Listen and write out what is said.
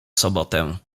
sobotę